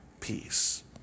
peace